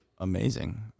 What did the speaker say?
Amazing